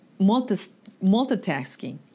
multitasking